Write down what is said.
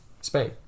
Spain